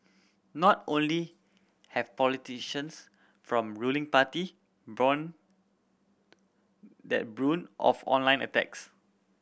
not only have politicians from ruling party borne the brunt of online attacks